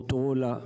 מוטורולה,